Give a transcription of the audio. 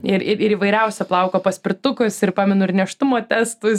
ir ir įvairiausio plauko paspirtukus ir pamenu ir nėštumo testus